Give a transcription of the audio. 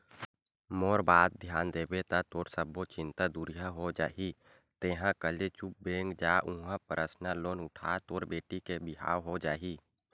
मोर बात धियान देबे ता तोर सब्बो चिंता दुरिहा हो जाही तेंहा कले चुप बेंक जा उहां परसनल लोन उठा तोर बेटी के बिहाव हो जाही